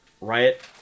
Riot